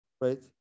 right